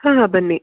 ಹಾಂ ಬನ್ನಿ